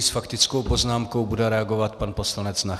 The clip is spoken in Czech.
S faktickou poznámkou bude reagovat pan poslanec Nacher.